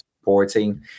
supporting